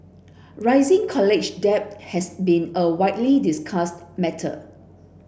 rising college debt has been a widely discussed matter